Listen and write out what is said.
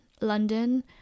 London